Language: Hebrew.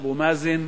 אבו מאזן,